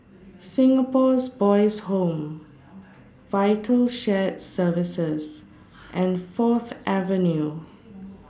Singapore's Boys' Home Vital Shared Services and Fourth Avenue